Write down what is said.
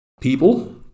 people